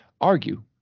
argue